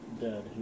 dead